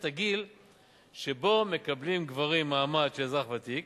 הגיל שבו מקבלים גברים מעמד של אזרח ותיק.